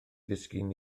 ddisgyn